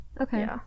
Okay